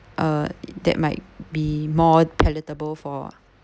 uh that might be more palatable for